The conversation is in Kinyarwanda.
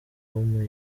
alubumu